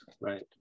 Right